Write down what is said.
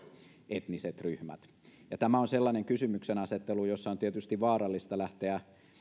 etniset ryhmät tämä on sellainen kysymyksenasettelu jossa on tietysti vaarallista lähteä